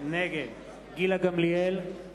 נגד גילה גמליאל,